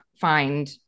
find